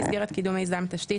במסגרת קידום מיזם תשתית,